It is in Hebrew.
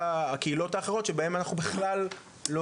הקהילות האחרות שבהן אנחנו בכלל לא,